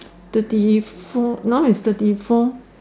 thirty four now is thirty four